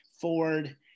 Ford